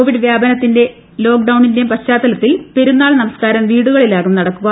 Covid വ്യാപനത്തിന്റെയും ലോക്ഡൌണിന്റെയും പശ്ചാത്തലത്തിൽ പെരുന്നാൾ നമസ്ക്കാരം വീടുകളിലാകും നടക്കുക